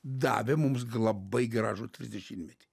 davė mums gi labai gražų trisdešimtmetį